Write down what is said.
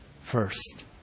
first